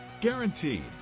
guaranteed